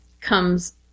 comes